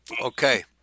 okay